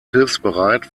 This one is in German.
hilfsbereit